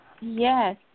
Yes